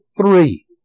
three